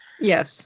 Yes